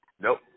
Nope